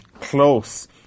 close